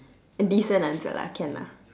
decent answer lah can lah